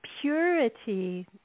purity